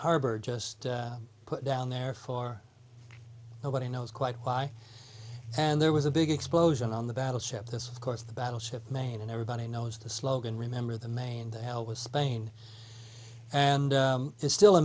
harbor just put down there for you nobody knows quite why and there was a big explosion on the battleship this of course the battleship maine and everybody knows the slogan remember the maine to hell with spain and it's still a